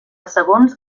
segons